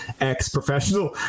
ex-professional